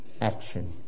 action